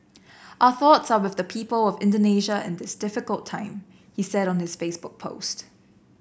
our thoughts are with the people of Indonesia in this difficult time he said on his Facebook post